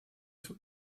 for